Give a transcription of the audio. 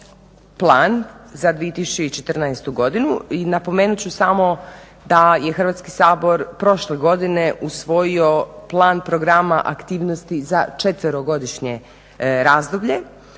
Plan za 2014. godinu i napomenut ću samo da je Hrvatski sabor prošle godine usvojio Plan programa aktivnosti za 4-godišnje razdoblje